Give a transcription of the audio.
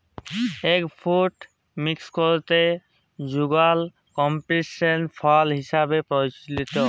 egg fruit মেক্সিকোতে যুগাল ক্যান্টিসেল ফল হিসেবে পরিচিত